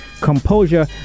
Composure